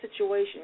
situation